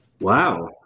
Wow